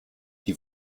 die